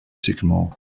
sycamore